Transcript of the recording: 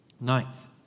Ninth